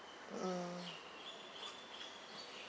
mm